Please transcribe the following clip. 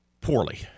poorly